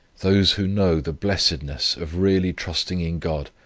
those who know the blessedness of really trusting in god,